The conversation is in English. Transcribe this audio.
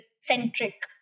centric